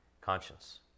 Conscience